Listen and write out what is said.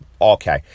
Okay